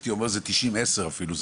הייתי אומר זה ברמת 90%-10% אפילו,